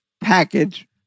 package